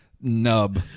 nub